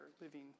living